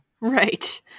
Right